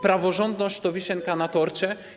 Praworządność to wisienka na torcie.